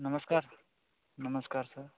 नमस्कार सर नमस्कार सर